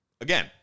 Again